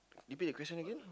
repeat the question again